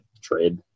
trade